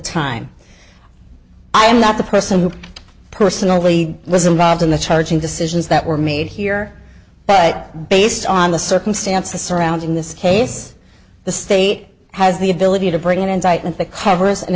time i am not the person who personally was involved in the charging decisions that were made here but based on the circumstances surrounding this case the state has the ability to bring an indictment the cover is an